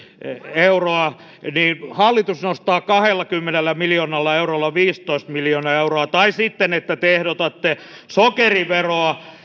euroa niin hallitus nostaa niitä kahdellakymmenellä miljoonalla eurolla viisitoista euroa sitten te ehdotatte sokeriveroa